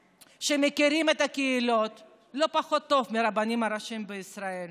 שמכירים את הקהילות לא פחות טוב מהרבנים הראשיים בישראל.